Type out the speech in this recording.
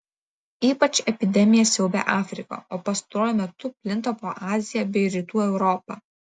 ypač epidemija siaubia afriką o pastaruoju metu plinta po aziją bei rytų europą